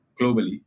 globally